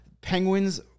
penguins